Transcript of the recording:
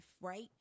right